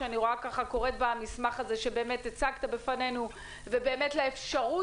שאני קוראת במסמך הזה שבאמת הצגת בפנינו על האפשרות